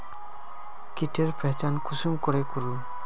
कीटेर पहचान कुंसम करे करूम?